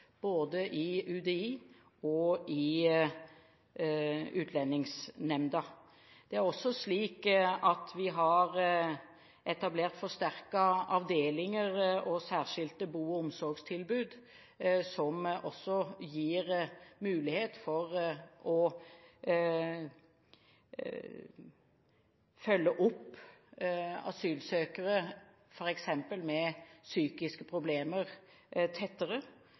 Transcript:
både i UDI og i Utlendingsnemnda. Vi har også etablert mottak med forsterkede avdelinger og særskilte bo- og omsorgstilbud som gir mulighet for å følge opp asylsøkere, f.eks. med psykiske problemer, tettere.